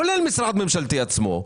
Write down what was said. כולל המשרד הממשלתי עצמו,